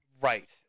right